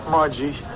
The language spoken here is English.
Margie